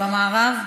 במערב?